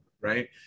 right